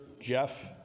Jeff